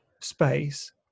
space